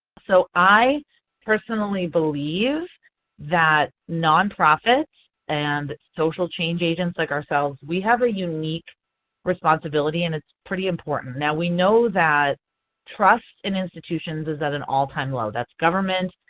so i personally believe that nonprofits and social change agents like ourselves, we have a unique responsibility and it's pretty important. now we know that trust in institutions is at an all-time low, that's government,